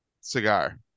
cigar